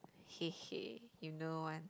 hey hey you know one